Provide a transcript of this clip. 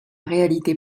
réalité